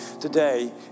today